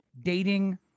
dating